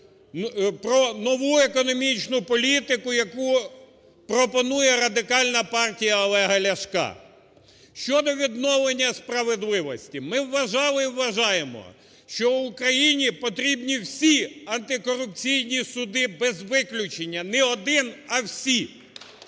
про нову економічну політику, яку пропонує Радикальна партія Олега Ляшка. Щодо відновлення справедливості. Ми вважали і вважаємо, що Україні потрібні всі антикорупційні суди без виключення. Не один, а всі.